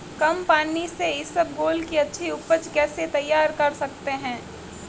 कम पानी से इसबगोल की अच्छी ऊपज कैसे तैयार कर सकते हैं?